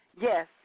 Yes